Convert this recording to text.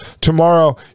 Tomorrow